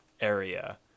area